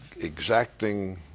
exacting